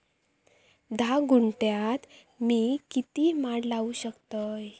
धा गुंठयात मी किती माड लावू शकतय?